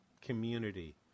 community